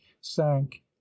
sank